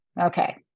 Okay